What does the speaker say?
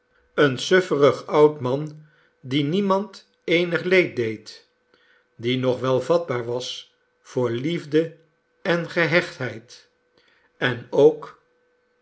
een sufferig oud man die niemand eenig leed deed die nog wel vatbaar was voor liefde en gehechtheid en ook